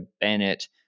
Bennett